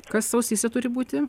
kas ausyse turi būti